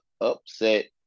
upset